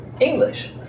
English